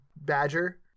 badger